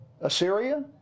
Assyria